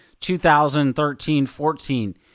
2013-14